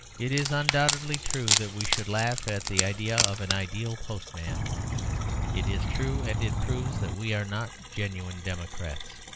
it is undoubtedly true that we should laugh at the idea of an ideal postman it is true, and it proves that we are not genuine democrats.